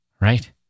right